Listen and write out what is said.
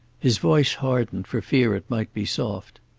his voice hardened, for fear it might be soft.